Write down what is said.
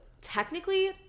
technically